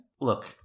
Look